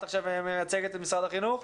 בבקשה, את מייצגת את משרד החינוך.